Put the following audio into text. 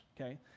okay